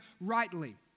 rightly